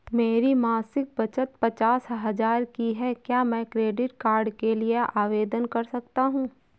मेरी मासिक बचत पचास हजार की है क्या मैं क्रेडिट कार्ड के लिए आवेदन कर सकता हूँ?